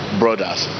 brothers